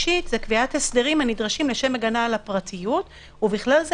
קביעת הסדרים הנדרשים לשם הגנה על הפרטיות ובכלל זה